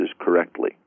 correctly